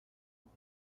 what